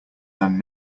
than